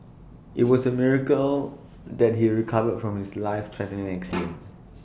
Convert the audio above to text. IT was A miracle that he recovered from his life threatening accident